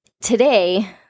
today